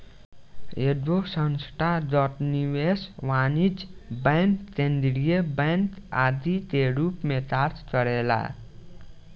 एगो संस्थागत निवेशक वाणिज्यिक बैंक केंद्रीय बैंक आदि के रूप में कार्य करेला